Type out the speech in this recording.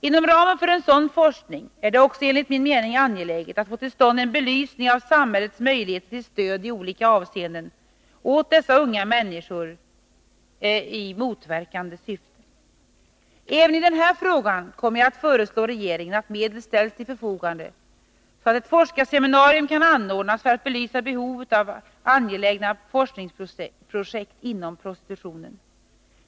Inom ramen för en sådan forskning är det också enligt min mening angeläget att få till stånd en belysning av samhällets möjligheter till stöd i olika avseenden åt dessa unga människor, i motverkande syfte. Även i denna fråga kommer jag att föreslå regeringen att medel ställs till förfogande, så att ett forskningsseminarium kan anordnas för att belysa behovet av angelägna forskningsprojekt om prostitutionen.